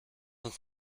uns